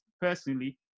personally